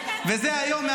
וזה היום,